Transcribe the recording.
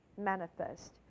manifest